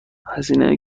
هزینه